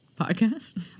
podcast